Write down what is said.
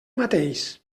mateix